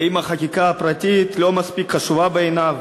האם החקיקה הפרטית לא מספיק חשובה בעיניו?